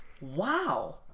Wow